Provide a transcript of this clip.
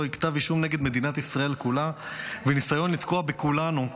היא כתב אישום נגד מדינת ישראל כולה וניסיון לתקוע בכולנו,